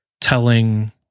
telling